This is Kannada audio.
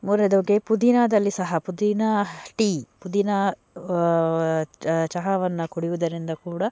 ಮೂರ್ನೆದಾಗಿ ಪುದೀನಾದಲ್ಲಿ ಸಹ ಪುದೀನಾ ಟೀ ಪುದೀನಾ ಚಹಾವನ್ನು ಕುಡಿಯುವುದರಿಂದ ಕೂಡ